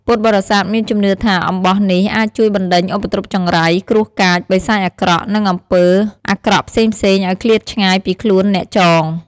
ពុទ្ធបរិស័ទមានជំនឿថា អំបោះនេះអាចជួយបណ្ដេញឧបទ្រពចង្រៃ គ្រោះកាច បិសាចអាក្រក់ និងអំពើអាក្រក់ផ្សេងៗឲ្យឃ្លាតឆ្ងាយពីខ្លួនអ្នកចង។